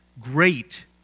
Great